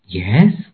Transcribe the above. yes